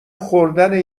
خوردن